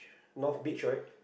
north beach right